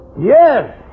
Yes